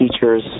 teachers